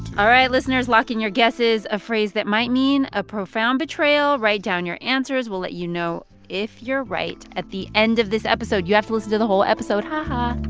all right, listeners, lock in your guesses a phrase that might mean a profound betrayal. write down your answers. we'll let you know if you're right at the end of this episode. you have to listen to the whole episode. ha-ha